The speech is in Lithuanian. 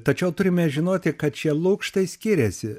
tačiau turime žinoti kad šie lukštai skiriasi